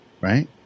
right